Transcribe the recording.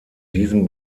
diesem